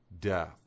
death